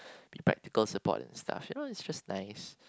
be practical support and stuff you know it's just nice